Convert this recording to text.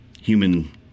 human